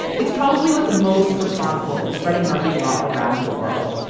it's probably what's most responsible for spreading murphy's law around the world.